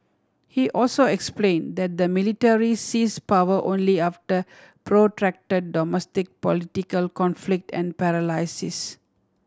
he also explain that the military seize power only after protract domestic political conflict and paralysis